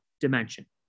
dimension